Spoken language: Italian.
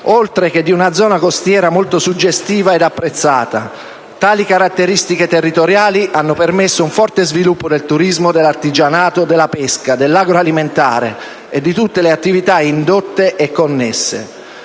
oltre che di una zona costiera molto suggestiva ed apprezzata. Tali caratteristiche territoriali hanno permesso un forte sviluppo del turismo, dell'artigianato, della pesca, dell'agroalimentare e di tutte le attività indotte e connesse.